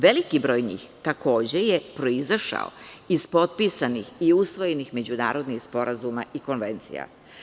Veliki broj njih takođe je proizašao iz potpisanih i usvojenih međunarodni sporazuma i konvencija.